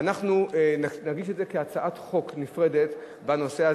ואנחנו נגיש את זה כהצעת חוק נפרדת בנושא,